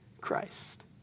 Christ